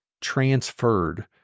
transferred